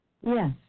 Yes